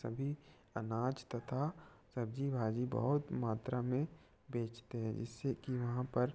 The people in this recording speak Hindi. सभी अनाज तथा सब्ज़ी भाजी बहुत मात्रा में बेचते है जिससे कि वहाँ पर